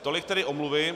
Tolik tedy omluvy.